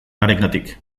harengatik